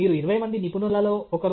మీరు 20 మంది నిపుణులలో ఒకరు